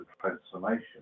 transformation